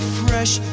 fresh